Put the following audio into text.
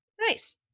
nice